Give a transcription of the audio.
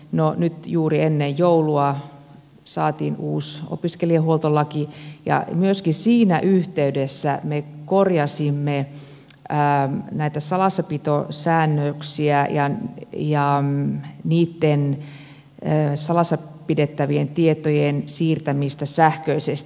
no nyt juuri ennen joulua saatiin uusi opiskelijahuoltolaki ja myöskin siinä yhteydessä me korjasimme näitä salassapitosäännöksiä ja niiden salassapidettävien tietojen siirtämistä sähköisesti